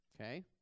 okay